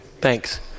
Thanks